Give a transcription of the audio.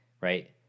right